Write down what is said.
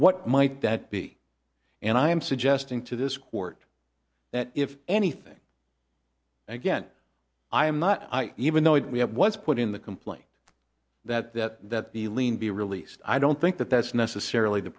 what might that be and i am suggesting to this court that if anything again i am not even though we have was put in the complaint that that the lien be released i don't think that that's necessarily the